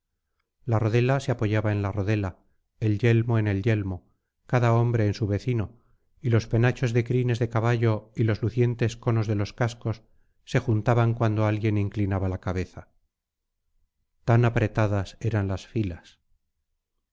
la rodela se apoyaba en la rodela el yelmo en el yelmo cada hombre en su vecino y los penachos de crines de caballo y los lucientes conos de los cascos se juntaban cuando alguien inclinaba la cabeza tan apretadas eran las filas